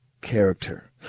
character